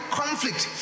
conflict